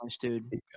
dude